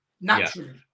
naturally